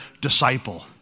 disciple